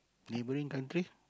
neighbouring countries